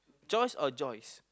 choice or joys